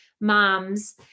moms